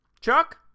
chuck